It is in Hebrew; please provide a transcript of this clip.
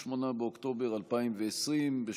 28 באוקטובר 2020,